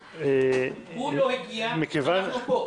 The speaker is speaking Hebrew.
הוא לא הגיע ואנחנו פה.